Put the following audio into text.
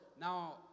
now